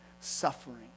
suffering